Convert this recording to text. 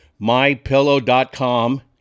mypillow.com